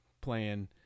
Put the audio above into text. playing